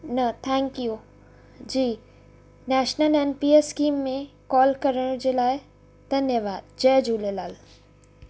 न thank you ji national N P S scheme में call करण जे लाइ धन्यवाद जय झूलेलाल